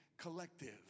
collective